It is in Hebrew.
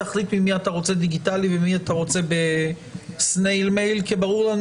תחליט ממי אתה רוצה דיגיטלי וממי אתה רוצה ב-snail mail כי ברור לנו